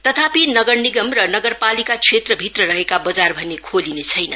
त्यापनि नगर निगम र नगरपालिका क्षेत्रभित्र रहेका बजार भने खोलिने छैन